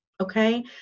okay